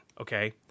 okay